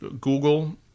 Google